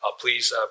please